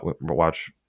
watch